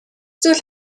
зүйл